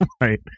Right